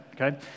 okay